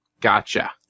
Gotcha